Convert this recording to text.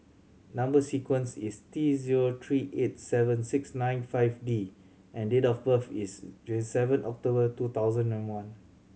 number sequence is T zero three eight seven six nine five D and date of birth is twenty seven October two thousand and one